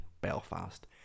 Belfast